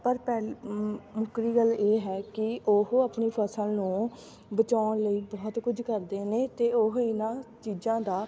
ਪਰ ਪਹਿ ਮੁੱਕਦੀ ਗੱਲ ਇਹ ਹੈ ਕਿ ਉਹ ਆਪਣੀ ਫਸਲ ਨੂੰ ਬਚਾਉਣ ਲਈ ਬਹੁਤ ਕੁਝ ਕਰਦੇ ਨੇ ਅਤੇ ਉਹ ਇਹਨਾਂ ਚੀਜ਼ਾਂ ਦਾ